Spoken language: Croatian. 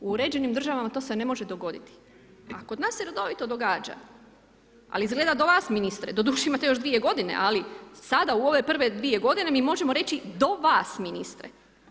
U uređenim državama to se ne može dogoditi a kod nas redovito događa ali izgleda do vas ministra, doduše, imate još 2 g. ali sada u ove prve 2 g. , mi možemo reći do vas, ministre.